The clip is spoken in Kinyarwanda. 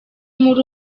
muri